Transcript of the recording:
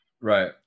Right